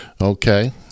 Okay